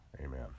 Amen